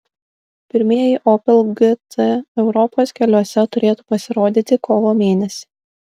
pirmieji opel gt europos keliuose turėtų pasirodyti kovo mėnesį